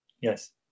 Yes